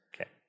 Okay